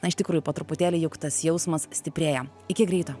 na iš tikrųjų po truputėlį juk tas jausmas stiprėja iki greito